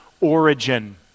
origin